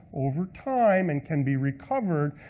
over time, and can be recovered,